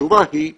והתשובה היא לא.